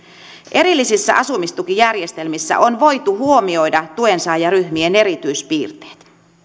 erillisissä asumistukijärjestelmissä on voitu huomioida tuensaajaryhmien erityispiirteet